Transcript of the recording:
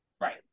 right